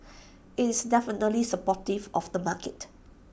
IT is definitely supportive of the market